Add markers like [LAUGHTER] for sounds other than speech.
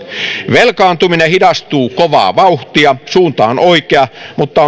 velkaantuminen hidastuu kovaa vauhtia suunta on oikea mutta [UNINTELLIGIBLE]